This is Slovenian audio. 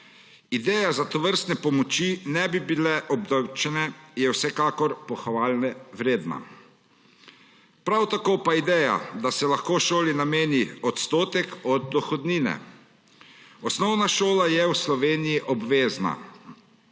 Ideja, da tovrstne pomoči ne bi bile obdavčene, je vsekakor pohvale vredna, prav tako pa ideja, da se lahko šoli nameni odstotek od dohodnine. Osnovna šola je v Sloveniji obvezna.